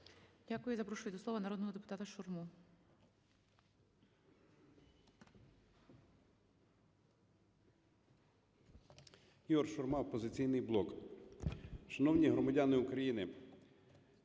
Дякую. Запрошую до слова народного депутата Олега